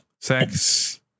sex